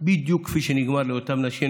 בדיוק כפי שנגמר עם אותן נשים,